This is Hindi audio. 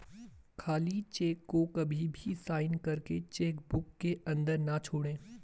खाली चेक को कभी भी साइन करके चेक बुक के अंदर न छोड़े